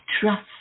trust